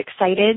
excited